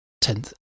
tenth